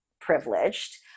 privileged